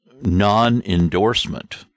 non-endorsement